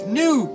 new